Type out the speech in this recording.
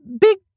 big